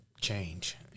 change